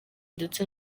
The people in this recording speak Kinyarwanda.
ndetse